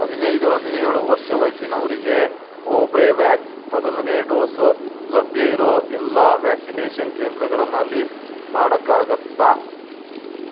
ಹದಿನೈದು ಹದಿನೇಳು ವರ್ಷ ವಯಸ್ಸಿನವರಿಗೆ ಕೋಬ್ರೇವ್ಯಾಕ್ಸ್ ಮೊದಲನೇ ಡೋಸು ಲಭ್ಯ ಇರೋ ಎಲ್ಲ ವ್ಯಾಕ್ಸಿನೇಷನ್ ಕೇಂದ್ರಗಳನ್ನು ಲೀಸ್ಟ್ ಮಾಡೋಕ್ಕಾಗತ್ತಾ